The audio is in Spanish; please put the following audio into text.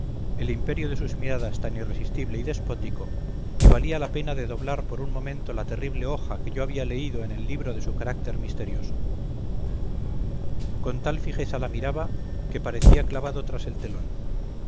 el imperio de sus miradas tan irresistible y despótico que valía la pena de doblar por un momento la terrible hoja que yo había leído en el libro de su carácter misterioso con tal fijeza la miraba que parecía clavado tras el telón